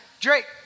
Drake